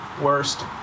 worst